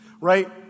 Right